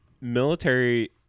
military